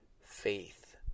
faith